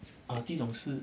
err 第一种是